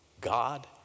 God